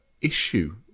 issue